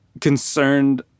concerned